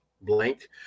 blank